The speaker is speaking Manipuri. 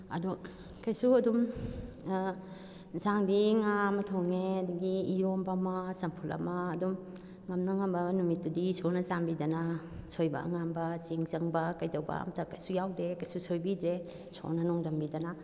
ꯑꯗꯣ ꯀꯩꯁꯨ ꯑꯗꯨꯝ ꯌꯦꯟꯁꯥꯡꯗꯤ ꯉꯥ ꯑꯃ ꯊꯣꯡꯉꯦ ꯑꯗꯨꯗꯒꯤ ꯏꯔꯣꯟꯕ ꯑꯃ ꯆꯝꯐꯨꯠ ꯑꯃ ꯑꯗꯨꯝ ꯉꯝꯅ ꯉꯝꯕ ꯅꯨꯃꯤꯠꯇꯨꯗꯤ ꯏꯁꯣꯔꯅ ꯆꯥꯟꯕꯤꯗꯅ ꯑꯁꯣꯏꯕ ꯑꯉꯥꯝꯕ ꯆꯦꯡ ꯆꯪꯕ ꯀꯩꯗꯧꯕ ꯑꯃꯇ ꯀꯩꯁꯨ ꯌꯥꯎꯗꯦ ꯀꯩꯁꯨ ꯁꯣꯏꯕꯤꯗ꯭ꯔꯦ ꯏꯁꯣꯔꯅ ꯅꯣꯡꯗꯝꯕꯤꯗꯅ